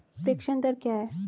प्रेषण दर क्या है?